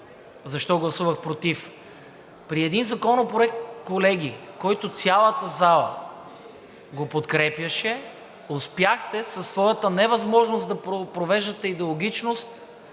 Защо гласувах против? При един законопроект, колеги, който цялата зала подкрепяше, успяхте със своята невъзможност да провеждате диалогичност